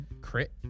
crit